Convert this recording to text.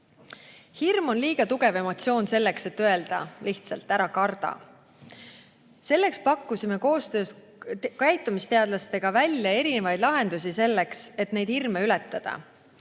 Hirm on liiga tugev emotsioon selleks, et öelda lihtsalt: ära karda. Me pakkusime koostöös käitumisteadlastega välja erinevaid lahendusi selleks, et neid hirme ületada.